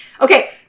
Okay